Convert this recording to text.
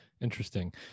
interesting